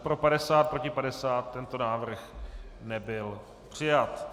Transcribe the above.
Pro 50, proti 50, tento návrh nebyl přijat.